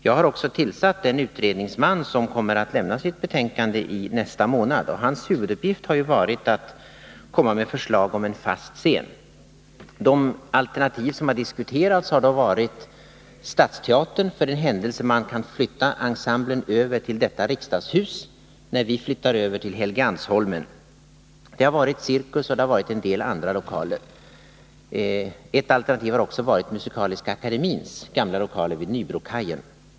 Jag har också tillsatt en utredningsman som kommer att lämna sitt betänkande i nästa månad, och hans huvuduppgift har varit att komma med förslag om en fast scen. Ett alternativ som har diskuterats har varit Stadsteatern, för den händelse man kan flytta över ensemblen till detta riksdagshus när vi flyttar över till Helgeandsholmen. Andra alternativ har varit Cirkus, en del andra lokaler och även musikaliska akademins gamla lokaler vid Nybrokajen.